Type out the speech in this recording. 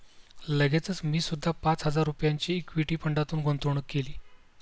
लगेचच मी सुद्धा पाच हजार रुपयांची इक्विटी फंडात गुंतवणूक केली